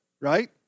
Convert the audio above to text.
right